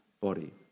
body